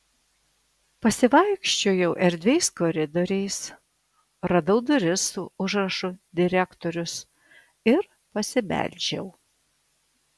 pasivaikščiojau erdviais koridoriais radau duris su užrašu direktorius ir pasibeldžiau